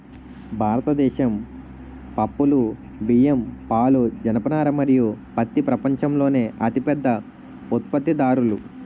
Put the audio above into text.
భారతదేశం పప్పులు, బియ్యం, పాలు, జనపనార మరియు పత్తి ప్రపంచంలోనే అతిపెద్ద ఉత్పత్తిదారులు